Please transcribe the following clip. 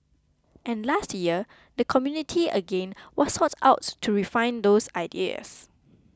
and last year the community again was sought out to refine those ideas